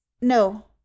No